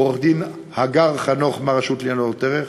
ועורכת-הדין הגר חנוך מהרשות לניירות ערך.